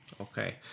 Okay